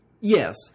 Yes